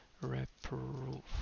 Reproof